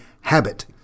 Habit